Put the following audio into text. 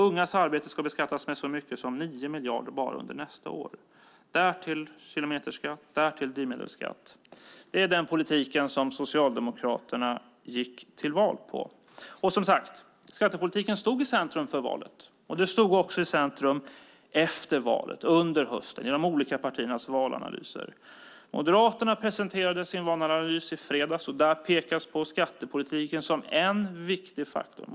Ungas arbete ska beskattas med så mycket som 9 miljarder bara under nästa år. Därtill kommer kilometerskatt och drivmedelsskatt. Det är den politik som Socialdemokraterna gick till val på. Skattepolitiken stod i centrum för valet. Den stod också i centrum efter valet och under hösten genom partiernas valanalyser. Moderaterna presenterade sin valanalys i fredags. Där pekar man på skattepolitiken som en viktig faktor.